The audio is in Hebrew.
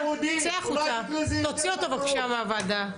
תוציא אותו בבקשה מהוועדה.